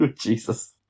Jesus